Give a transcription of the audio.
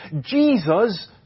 Jesus